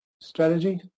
strategy